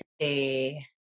see